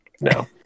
No